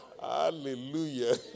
Hallelujah